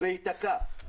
זה יתקע.